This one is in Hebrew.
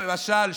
למשל,